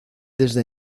desde